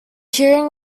hearing